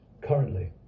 currently